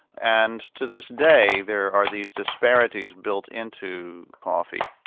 and to this day, there are these disparities built into coffee.